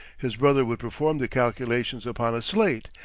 his brother would perform the calculations upon a slate,